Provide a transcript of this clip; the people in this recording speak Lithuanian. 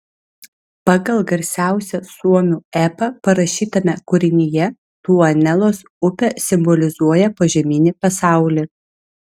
pagal garsiausią suomių epą parašytame kūrinyje tuonelos upė simbolizuoja požeminį pasaulį